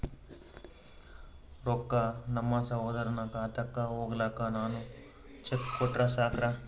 ರೊಕ್ಕ ನಮ್ಮಸಹೋದರನ ಖಾತಕ್ಕ ಹೋಗ್ಲಾಕ್ಕ ನಾನು ಚೆಕ್ ಕೊಟ್ರ ಸಾಕ್ರ?